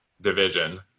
division